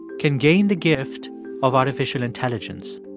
can gain the gift of artificial intelligence?